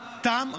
תם,